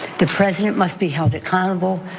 the president must be held accountable,